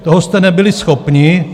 Toho jste nebyli schopni.